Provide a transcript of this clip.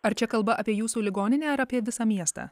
ar čia kalba apie jūsų ligoninę ar apie visą miestą